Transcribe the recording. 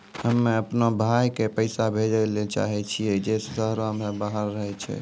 हम्मे अपनो भाय के पैसा भेजै ले चाहै छियै जे शहरो से बाहर रहै छै